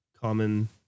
common